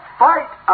fight